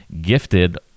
gifted